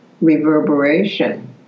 reverberation